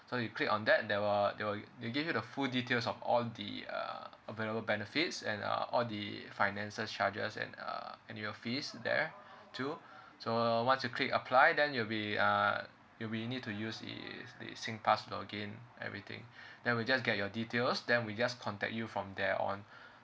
so you click on that there will there will they'll give you the full details of all the uh available benefits and uh all the finances charges and uh and your fees there too so once you click apply then you'll be uh you'll be need to use the the singpass login everything then we'll just get your details then we just contact you from there on